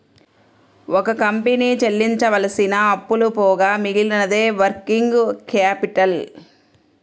ఒక కంపెనీ చెల్లించవలసిన అప్పులు పోగా మిగిలినదే వర్కింగ్ క్యాపిటల్